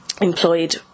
employed